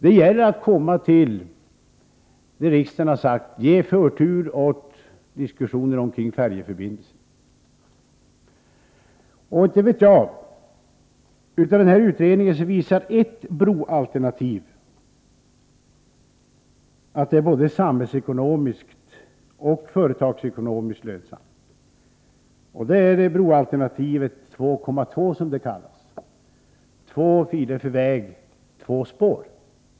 Det gäller att komma fram till det som riksdagen sagt, nämligen att ge förtur åt diskussionerna om färjeförbindelserna. Denna utredning visar att ett av broalternativen är både samhällsekonomiskt och företagsekonomiskt lönsamt. Det är broalternativet 2,2 — som det kallas — dvs. två filer på väg och två spår.